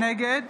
נגד